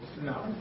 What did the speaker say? No